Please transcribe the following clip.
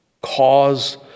Cause